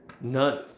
None